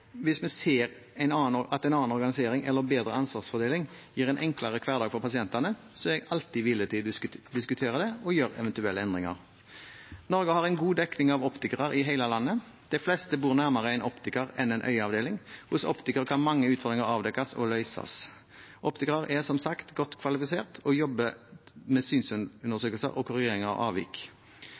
hvis vi ser at en annen organisering eller bedre ansvarsfordeling gir en enklere hverdag for pasientene, er jeg alltid villig til å diskutere det og gjøre eventuelle endringer. Norge har en god dekning av optikere i hele landet. De fleste bor nærmere en optiker enn en øyeavdeling, og hos optikere kan mange utfordringer avdekkes og løses. Optikere er som sagt godt kvalifisert og jobber med synsundersøkelser og korrigering av avvik.